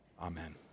Amen